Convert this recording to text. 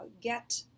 get